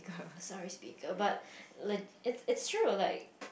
sorry speaker but let it's it's true like